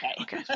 Okay